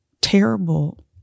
terrible